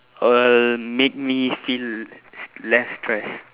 will make me feel less stress